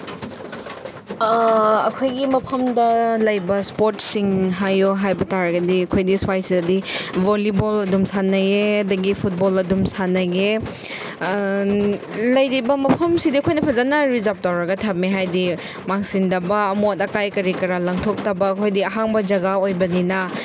ꯑꯩꯈꯣꯏꯒꯤ ꯃꯐꯝꯗ ꯂꯩꯕ ꯏꯁꯄꯣꯔꯠꯁꯤꯡ ꯍꯥꯏꯌꯣ ꯍꯥꯏꯕ ꯇꯥꯔꯒꯗꯤ ꯑꯩꯈꯣꯏꯗꯤ ꯁ꯭ꯋꯥꯏꯁꯤꯗꯗꯤ ꯕꯣꯂꯤꯕꯣꯜ ꯑꯗꯨꯝ ꯁꯥꯟꯅꯩꯌꯦ ꯑꯗꯒꯤ ꯐꯨꯠꯕꯣꯜ ꯑꯗꯨꯝ ꯁꯥꯟꯅꯩꯌꯦ ꯂꯩꯔꯤꯕ ꯃꯐꯝꯁꯤꯗ ꯑꯩꯈꯣꯏꯅ ꯐꯖꯅ ꯔꯤꯖꯥꯞ ꯇꯧꯔꯒ ꯊꯝꯃꯦ ꯍꯥꯏꯗꯤ ꯃꯥꯡꯁꯤꯟꯗꯕ ꯑꯃꯣꯠ ꯑꯀꯥꯏ ꯀꯔꯤ ꯀꯔꯥ ꯂꯪꯊꯣꯛꯇꯕ ꯑꯩꯈꯣꯏꯗꯤ ꯑꯍꯥꯡꯕ ꯖꯒꯥ ꯑꯣꯏꯕꯅꯤꯅ